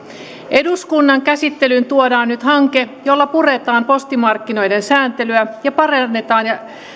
eduskunnan käsittelyyn tuodaan nyt hanke jolla puretaan postimarkkinoiden sääntelyä ja parannetaan posti ja